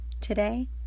Today